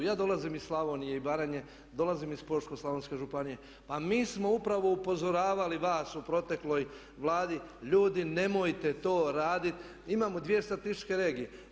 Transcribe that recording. Ja dolazim iz Slavonije i Baranje, dolazim iz Požeško-slavonske županije, pa mi smo upravo upozoravali vas u protekloj Vladi ljudi nemojte to raditi, imamo 2 statističke regije.